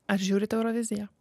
aš žiūrit euroviziją